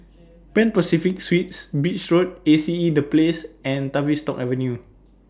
Pan Pacific Suites Beach Road A C E The Place and Tavistock Avenue